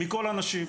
מכל הנשים.